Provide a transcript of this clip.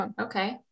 Okay